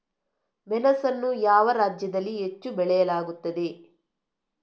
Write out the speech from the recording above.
ಮೆಣಸನ್ನು ಯಾವ ರಾಜ್ಯದಲ್ಲಿ ಹೆಚ್ಚು ಬೆಳೆಯಲಾಗುತ್ತದೆ?